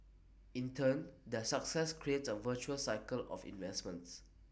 in turn their success creates A virtuous cycle of investments